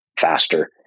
faster